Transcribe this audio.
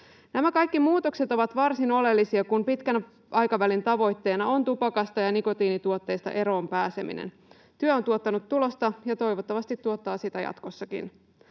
Nämä kaikki muutokset ovat varsin oleellisia, kun pitkän aikavälin tavoitteena on tupakasta ja nikotiinituotteista eroon pääseminen. Työ on tuottanut tulosta ja toivottavasti tuottaa sitä jatkossakin.